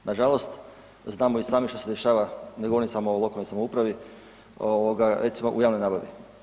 Nažalost, znamo i sami što se dešava, ne govorim samo o lokalnoj samoupravi, ovoga recimo u javnoj nabavi.